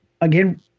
again